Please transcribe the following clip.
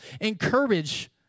encourage